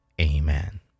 Amen